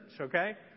okay